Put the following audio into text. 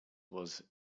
was